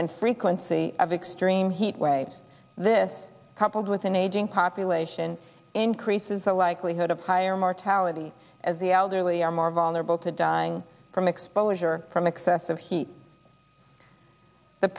frequency of extreme heat waves this coupled with an ageing population increases the likelihood of higher mortality as the elderly are more vulnerable to dying from exposure from excessive heat the